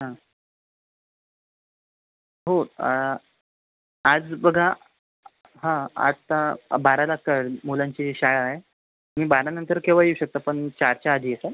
हा हो आज बघा हा आता बाराला कळेल मुलांची शाळा आहे तुम्ही बारानंतर केव्हाही येऊ शकता पण चारच्या आधी येताय